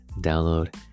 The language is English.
download